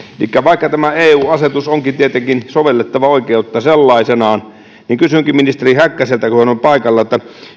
vaikka tämä eu asetus onkin tietenkin sovellettavaa oikeutta sellaisenaan niin kysynkin ministeri häkkäseltä kun hän on paikalla